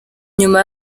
nyuma